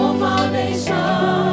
foundation